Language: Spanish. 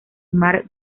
mar